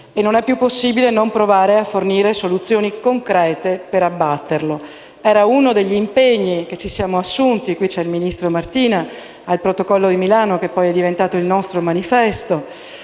e non è più possibile non provare a fornire soluzioni concrete per sconfiggerlo. Era uno degli impegni che ci eravamo assunti con il ministro Martina qui presente al Protocollo di Milano, che poi è diventato il nostro manifesto: